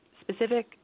specific